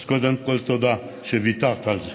אז קודם כול, תודה שוויתרת על זה.